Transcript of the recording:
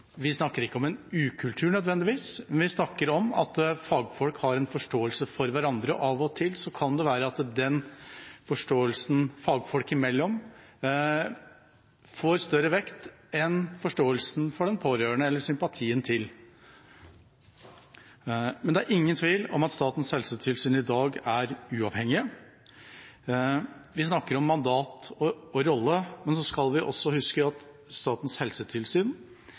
vi ikke nødvendigvis snakker om en ukultur, men vi snakker om at fagfolk har en forståelse for hverandre, og av og til kan det være at den forståelsen fagfolk imellom får større vekt enn forståelsen for eller sympatien til den pårørende. Men det er ingen tvil om at Statens helsetilsyn i dag er uavhengig. Vi snakker om mandat og rolle, men det kanskje aller viktigste med Statens helsetilsyn